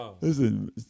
Listen